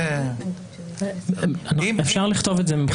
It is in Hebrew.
מבחינתנו אפשר לכתוב את זה.